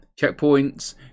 checkpoints